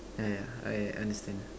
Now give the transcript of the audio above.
yeah yeah I understand